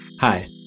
Hi